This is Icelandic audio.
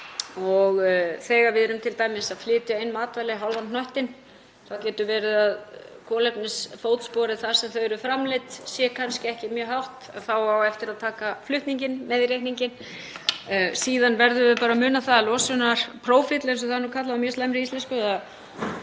Þegar við erum t.d. að flytja matvæli hálfan hnöttinn þá getur verið að kolefnisfótsporið þar sem þau eru framleidd sé kannski ekki mjög hátt en þá á eftir að taka flutninginn með í reikninginn. Síðan verðum við bara að muna að losunarprófíll, eins og það er nú kallað á mjög slæmri íslensku